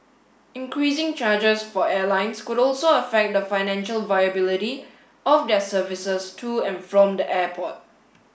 increasing charges for airlines could also affect the financial viability of their services to and from the airport